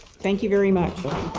thank you very much?